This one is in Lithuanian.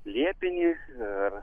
liepinį ir